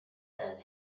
that